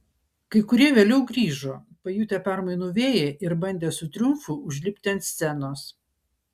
kai kurie vėliau grįžo pajutę permainų vėją ir bandė su triumfu užlipti ant scenos